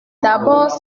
d’abord